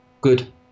Good